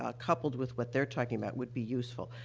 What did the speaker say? ah coupled with what they're talking about, would be useful.